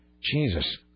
Jesus